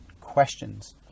questions